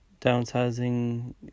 downsizing